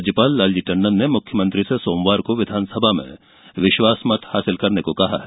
राज्यपाल लालजी टंडन ने मुख्यमंत्री से सोमवार को विधानसभा में विश्वास मत हासिल करने को कहा है